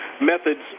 methods